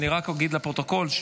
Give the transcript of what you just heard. אני רק אגיד לפרוטוקול.